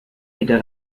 wieder